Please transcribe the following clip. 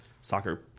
soccer